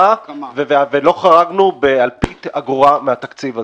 ולא חרגנו באלפית אגורה מן התקציב הזה,